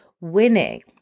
winning